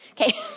Okay